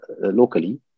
locally